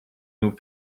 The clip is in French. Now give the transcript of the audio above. nous